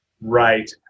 Right